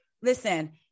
listen